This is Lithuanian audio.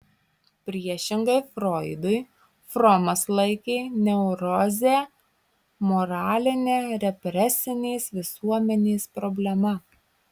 priešingai froidui fromas laikė neurozę moraline represinės visuomenės problema